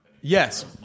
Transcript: Yes